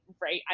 right